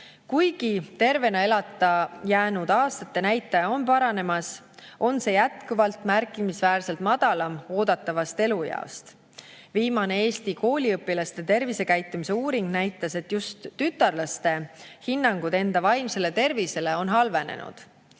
Kuigi tervena elatud aastate näitaja on paranemas, on see jätkuvalt märkimisväärselt madalam eeldatavast elueast. Viimane Eesti kooliõpilaste tervisekäitumise uuring näitas, et just tütarlaste hinnangud enda vaimsele tervisele on halvenenud.